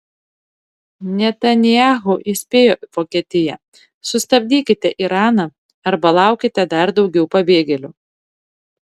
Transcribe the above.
netanyahu įspėjo vokietiją sustabdykite iraną arba laukite dar daugiau pabėgėlių